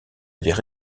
avaient